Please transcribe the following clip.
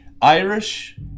Irish